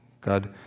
God